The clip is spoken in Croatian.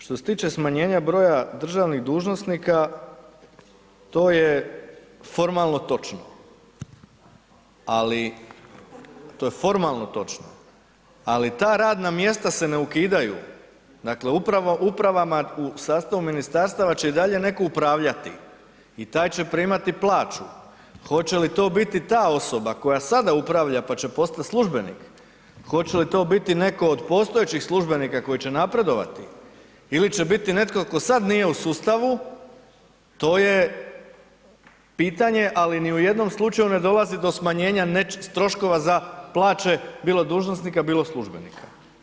Što se tiče smanjenja broja državnih dužnosnika, to je formalno točno ali, to je formalno točno, ali ta radna mjesta se ne ukidaju, dakle upravo upravama u sastavu ministarstava će i dalje netko upravljati i taj će primati plaću, hoće li to biti ta osoba koja sada upravlja pa će postati službenik, hoće to biti netko od postojećih službenika koji će napredovati ili će biti netko tko sad nije u sustavu, to je pitanje ali ni u jednom slučaju ne dolazi do smanjenja troškova za pače bilo dužnosnika, bilo službenika.